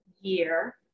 year